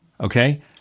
okay